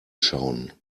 schauen